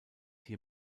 hier